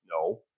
no